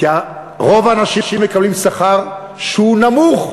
כי רוב האנשים מקבלים שכר נמוך.